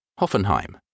Hoffenheim